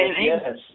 yes